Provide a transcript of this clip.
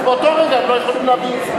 אז באותו רגע הם לא יכולים להביא את זה.